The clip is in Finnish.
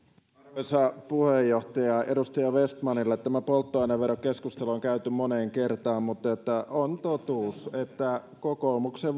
arvoisa puheenjohtaja edustaja vestmanille tämä polttoaineverokeskustelu on käyty moneen kertaan mutta on totuus että kokoomuksen